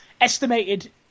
estimated